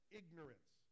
ignorance